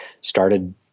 started